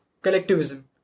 collectivism